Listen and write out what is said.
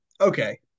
okay